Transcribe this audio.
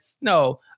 no